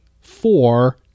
four